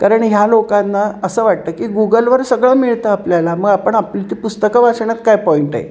कारण ह्या लोकांना असं वाटतं की गुगलवर सगळं मिळतं आपल्याला मग आपण आपली ती पुस्तकं वाचण्यात काय पॉईंट आहे